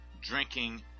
drinking